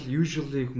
usually